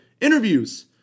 interviews